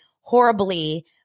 horribly